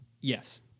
Yes